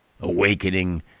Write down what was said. awakening